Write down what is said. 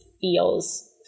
feels